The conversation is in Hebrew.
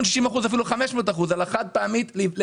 360% מיסוי, אפילו 500% על החד פעמי הוא נכון.